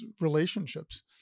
relationships